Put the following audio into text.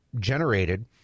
generated